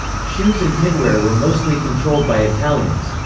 shoes and tinware were mostly controlled by italians.